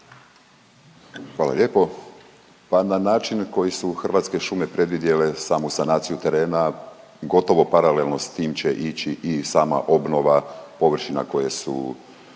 Hvala lijepo. Pa na način na koji su Hrvatske šume predvidjele samu sanaciju terena gotovo paralelno s tim će ići i sama obnova površina koje su,